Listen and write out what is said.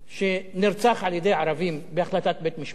שנרצח על-ידי ערבים, בהחלטת בית-משפט